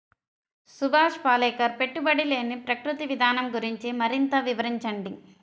సుభాష్ పాలేకర్ పెట్టుబడి లేని ప్రకృతి విధానం గురించి మరింత వివరించండి